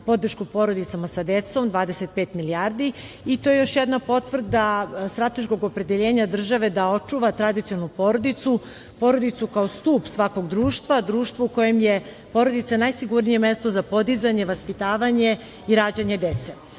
podršku porodicama sa decom 25 milijardi i to je još jedna potvrda od strateškog opredeljenja države da očuva tradicionalnu porodicu, porodicu kao stub svakog društva, društva kojem je porodica najsigurnije mesto za podizanje, vaspitavanje i rađanje dece. Ovo